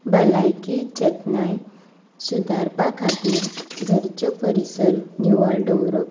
भलायकी जतनाय सुदारपा खातीर घरचो परिसर निवळ दवरप